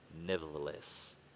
nevertheless